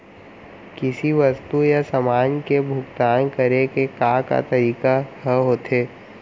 किसी वस्तु या समान के भुगतान करे के का का तरीका ह होथे?